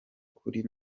kuri